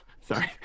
Sorry